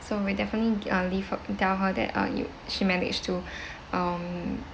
so we'll definitely uh leave a tell her that uh you she managed to um